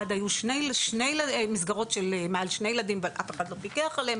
היו שני מסגרות מעל שני ילדים ואף אחד לא פיקח עליהם,